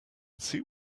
see